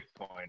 Bitcoin